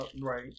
right